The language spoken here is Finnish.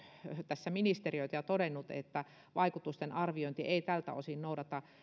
tässä ministeriöitä ja todennut että vaikutusten arviointi ei tältä osin noudata